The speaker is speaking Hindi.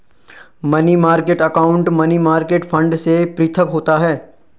money market account money market fund से पृथक होता है